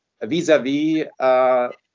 vis-a-vis